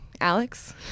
Alex